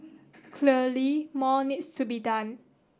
clearly more needs to be done